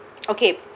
okay